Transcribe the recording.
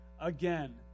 again